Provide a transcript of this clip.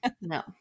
No